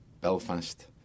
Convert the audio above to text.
Belfast